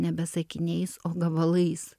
nebe sakiniais o gabalais